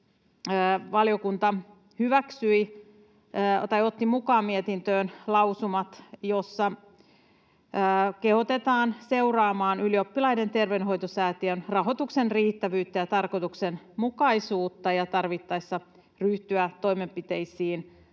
valiokunta otti mukaan mietintöön lausumat, joissa kehotetaan seuraamaan Ylioppilaiden terveydenhoitosäätiön rahoituksen riittävyyttä ja tarkoituksenmukaisuutta ja tarvittaessa ryhtymään toimenpiteisiin